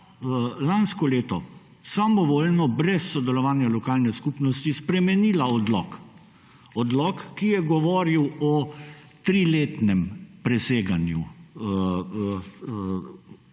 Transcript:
lansko leto samovoljno, brez sodelovanja lokalne skupnosti spremenila odlok. Odlok, ki je govoril o triletnem preseganju